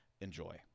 Enjoy